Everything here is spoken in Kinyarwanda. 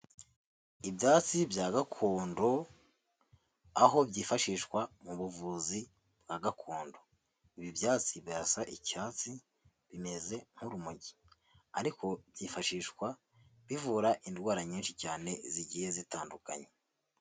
Ibyatsi bya gakondo, aho byifashishwa mu buvuzi bwa gakondo, ibi byatsi birasa icyatsi bimeze nk'urumogi ariko byifashishwa bivura indwara nyinshi cyane zigiye zitandukanye.